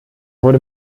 wurde